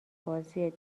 بازی